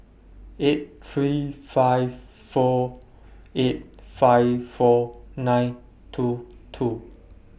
eight three five four eight five four nine two two